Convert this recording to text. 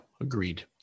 Agreed